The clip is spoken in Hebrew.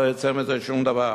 לא יצא מזה שום דבר,